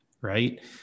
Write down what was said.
right